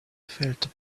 felt